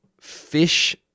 fish